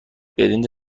برنج